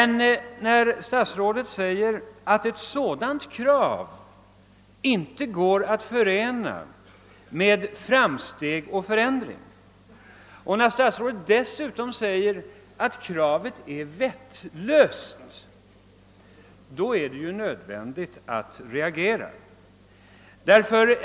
Men när statsrådet säger att ett sådant krav inte går att förena med framsteg och förändring och dessutom påstår att kravet är vettlöst, är det nödvändigt att reagera.